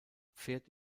pferd